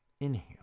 Inhale